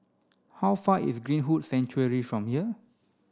how far is Greenwood Sanctuary from here